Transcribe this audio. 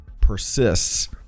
persists